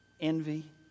envy